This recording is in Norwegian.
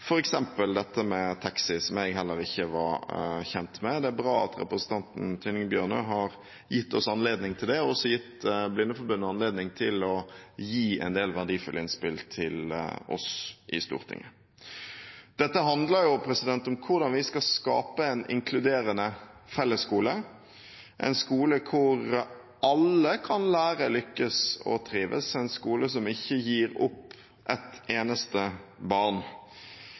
taxi, som jeg heller ikke var kjent med. Det er bra at representanten Tynning Bjørnø har gitt oss anledning til det, og også gitt Blindeforbundet anledning til å komme med en del verdifulle innspill til oss i Stortinget. Dette handler om hvordan vi skal skape en inkluderende fellesskole, en skole hvor alle kan lære, lykkes og trives, en skole som ikke gir opp ett eneste barn.